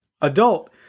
adult